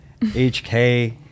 hk